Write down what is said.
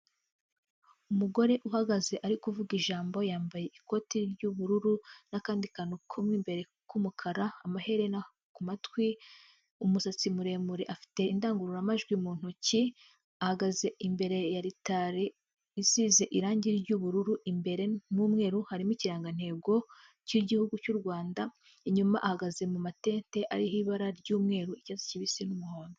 Umugore uhagaze ari kuvuga ijambo, yambaye ikoti ry'ubururu n'akandi kantu komo imbere k'umukara, amaherena ku matwi umusatsi muremure, afite indangururamajwi mu ntoki, ahagaze imbere yalitale isize irangi ry'ubururu imbere n'umweru harimo ikirangantego cy'igihugu cy'u rwanda inyuma ahagaze mu matete ariho ibara ry'umweru icyatsi kibisi n'umuhondo.